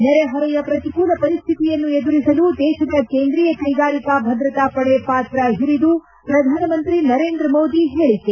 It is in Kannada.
ನೆರೆಹೊರೆಯ ಪ್ರತಿಕೂಲ ಪರಿಸ್ನಿತಿಯನ್ನು ಎದುರಿಸಲು ದೇಶದ ಕೇಂದ್ರೀಯ ಕ್ಷೆಗಾರಿಕಾ ಭದ್ರತಾ ಪಡೆ ಪಾತ್ರ ಹಿರಿದು ಪ್ರಧಾನಮಂತ್ರಿ ನರೇಂದ್ರ ಮೋದಿ ಹೇಳಿಕೆ